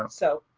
and so,